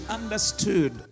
understood